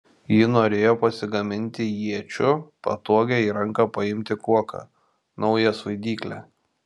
ji norėjo pasigaminti iečių patogią į ranką paimti kuoką naują svaidyklę